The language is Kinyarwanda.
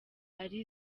ari